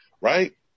right